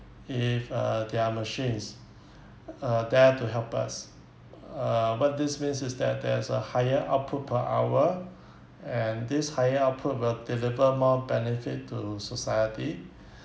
if uh there are machines uh there to help us uh what this means is that there's a higher output per hour and this higher output will deliver more benefit to society